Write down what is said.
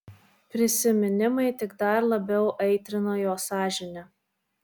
prisiminimai tik dar labiau aitrino jo sąžinę